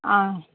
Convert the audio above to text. অঁ